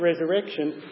resurrection